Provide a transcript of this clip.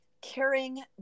caring